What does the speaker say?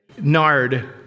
Nard